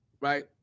right